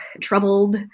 troubled